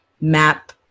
map